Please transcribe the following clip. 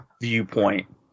viewpoint